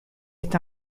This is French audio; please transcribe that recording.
est